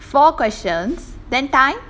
four questions then time